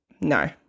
no